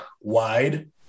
wide